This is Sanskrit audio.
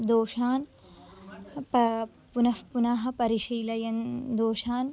दोषान् प पुनःपुनः परिशीलयन् दोषान्